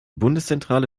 bundeszentrale